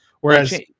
whereas